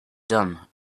done